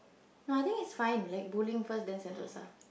no I think it's fine like bowling first then Sentosa